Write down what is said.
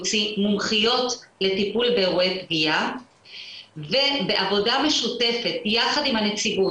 מומחיות לטיפול באירועי פגיעה ובעבודה משותפת יחד עם הנציגות